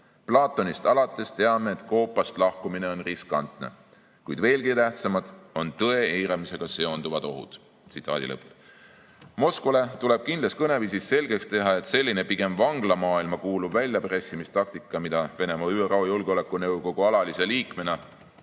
Platonist alates teame, et koopast lahkumine on riskantne. Kuid veelgi tähtsamad on tõe eiramisega seonduvad ohud."Moskvale tuleb kindlas kõneviisis selgeks teha, et selline pigem vanglamaailma kuuluv väljapressimistaktika, mida Venemaa ÜRO Julgeolekunõukogu alalise liikmena